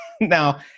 now